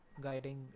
guiding